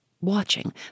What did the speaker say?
watching